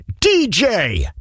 DJ